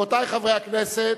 רבותי חברי הכנסת,